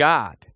God